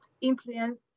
influence